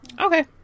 okay